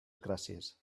gràcies